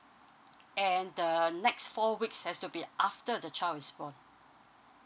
and the next four weeks has to be after the child is born